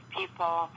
people